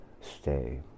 stay